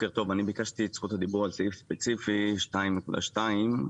אני חושב שהשאלות האלו הן שאלות שצריך לתת להן התייחסות ומענה.